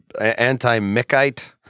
Anti-Mickite